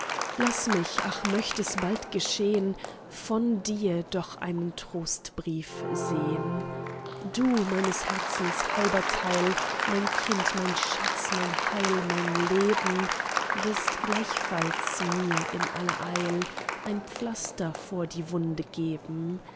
laß mich ach möcht es bald geschehn von dir doch einen trostbrief sehn du meines herzens halber teil mein kind mein schatz mein heil mein leben wirst gleichfalls mir in aller eil ein pflaster vor die wunde geben